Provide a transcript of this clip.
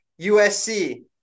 USC